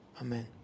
amen